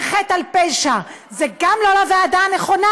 זה חטא על פשע: זה גם לא לוועדה הנכונה,